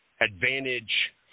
advantage